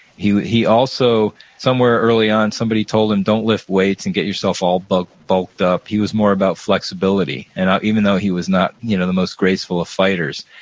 he he also somewhere early on, somebody told him don't lift weights and get yourself all bulked bulked up. he was more about flexibility. and even though he was not you know the most graceful of fighters,